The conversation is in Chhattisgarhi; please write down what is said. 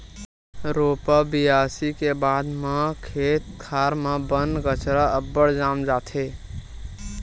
रोपा बियासी के बाद म खेत खार म बन कचरा अब्बड़ जाम जाथे